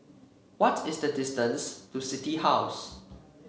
what is the distance to City House